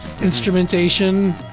instrumentation